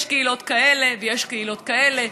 יש קהילות כאלה ויש קהילות כאלה,